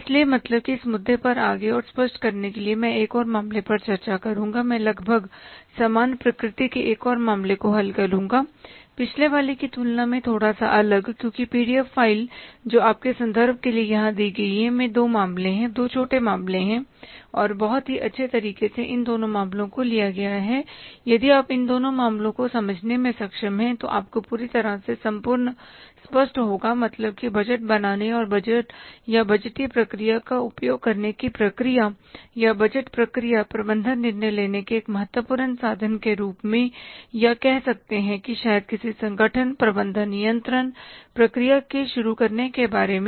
इसलिए मतलब की इस मुद्दे पर आगे और स्पष्ट करने के लिए मैं एक और मामले पर चर्चा करूंगा मैं लगभग समान प्रकृति के एक और मामले को हल करूंगा पिछले वाले की तुलना में थोड़ा सा अलग क्योंकि पीडीएफ फ़ाइल जो आपके संदर्भ के लिए यहां दी गई है में दो मामले हैं दो छोटे मामले हैं और बहुत ही अच्छे तरीके से इन दोनों मामलों को लिया गया है यदि आप इन दोनों मामलों को समझने में सक्षम हैं तो आपको पूरी तरह से संपूर्ण स्पष्ट होगा मतलब कि बजट बनाने और बजट या बजटीय प्रक्रिया का उपयोग करने की प्रक्रिया या बजट प्रक्रिया प्रबंधन निर्णय लेने के एक महत्वपूर्ण साधन के रूप में या कह सकते हैं कि शायद किसी संगठन प्रबंधन नियंत्रण प्रक्रिया में शुरू करने के बारे में